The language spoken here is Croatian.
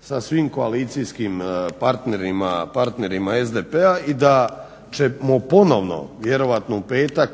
sa svim koalicijskim partnerima SDP-a i da ćemo ponovno vjerojatno u petak